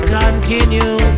continue